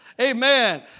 Amen